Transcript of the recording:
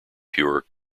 pure